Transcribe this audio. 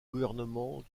gouvernement